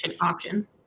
option